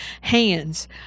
hands